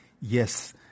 Yes